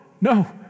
no